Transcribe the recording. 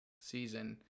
season